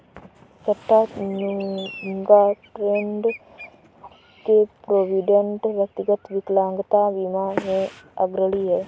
Chattanooga, Tenn के Provident, व्यक्तिगत विकलांगता बीमा में अग्रणी हैं